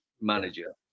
manager